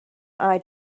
eye